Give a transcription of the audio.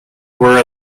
were